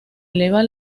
eleva